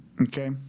Okay